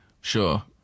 Sure